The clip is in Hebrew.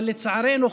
אבל לצערנו,